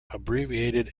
abbreviated